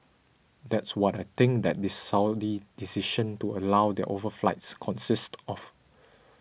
that's what I think that this Saudi decision to allow their overflights consists of